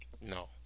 No